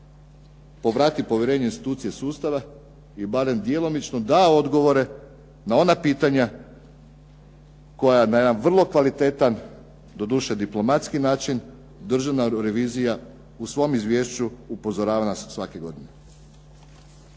povrati povjerenje u institucije sustava i barem djelomično da odgovore na ona pitanja koja na jedan vrlo kvalitetan doduše diplomatski način državna revizija u svom izvješću upozorava nas svake godine.